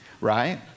right